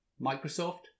Microsoft